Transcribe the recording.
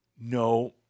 No